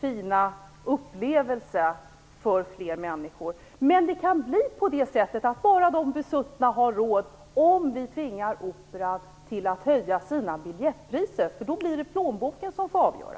fina upplevelse till fler människor. Men det kan bli på det sättet att bara de besuttna har råd om vi tvingar Operan till att höja sina biljettpriser. Då blir det plånboken som får avgöra.